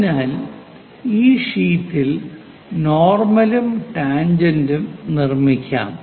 അതിനാൽ ഈ ഷീറ്റിൽ നോർമലും ടാൻജെന്റും നിർമ്മിക്കാം